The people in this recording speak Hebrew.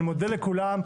אני מודה לכולם.